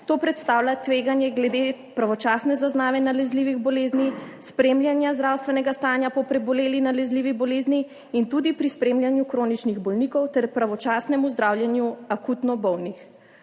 To predstavlja tveganje glede pravočasne zaznave nalezljivih bolezni, spremljanja zdravstvenega stanja po preboleli nalezljivi bolezni in tudi pri spremljanju kroničnih bolnikov ter pravočasnemu zdravljenju akutno bolnih.